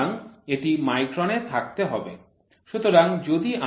সুতরাং এটি মাইক্রনে থাকতে হবে